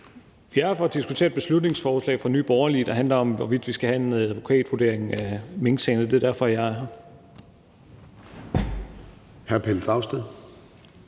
Vi er her for at diskutere et beslutningsforslag fra Nye Borgerlige, der handler om, hvorvidt vi skal have en advokatvurdering af minksagen, og det er derfor, jeg er her.